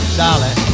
dolly